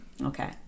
Okay